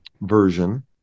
version